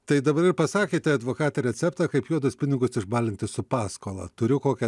tai dabar ir pasakėte advokate receptą kaip juodus pinigus išbalinti su paskola turiu kokią